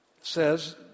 says